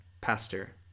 pastor